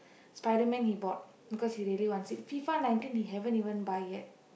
Spiderman he bought because he really wants it FIFA Nineteen he haven't even buy yet